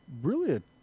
brilliant